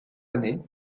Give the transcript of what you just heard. années